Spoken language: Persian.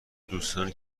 دوستانی